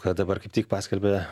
dabar kaip tik paskalbė